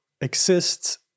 exists